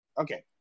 Okay